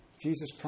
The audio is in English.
Jesus